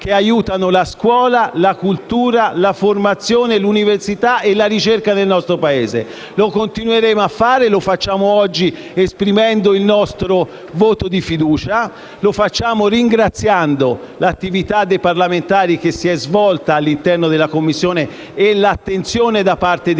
che aiutano la scuola, la cultura, la formazione, l'università e la ricerca del nostro Paese. E lo continueremo a fare. Lo facciamo oggi, esprimendo il nostro voto di fiducia lo facciamo ringraziando i parlamentari per l'attività svolta all'interno della Commissione e tutti i Gruppi per